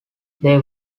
they